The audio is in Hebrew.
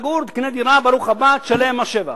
תגור, תקנה דירה, ברוך הבא, תשלם מס שבח.